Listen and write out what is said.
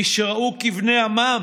מי שראו כבני עמם,